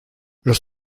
los